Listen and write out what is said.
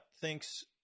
thinks